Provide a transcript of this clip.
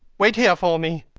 wait here for me.